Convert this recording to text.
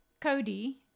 Cody